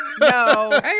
No